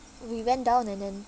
we went down and then